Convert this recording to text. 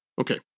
Okay